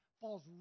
falls